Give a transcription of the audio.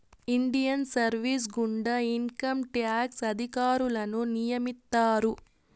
Indian service గుండా income tax అధికారులను నియమిత్తారు